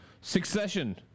Succession